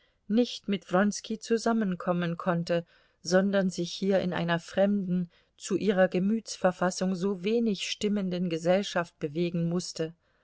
nicht mit wronski zusammenkommen konnte sondern sich hier in einer fremden zu ihrer gemütsverfassung so wenig stimmenden gesellschaft bewegen mußte